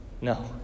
No